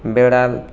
বেড়াল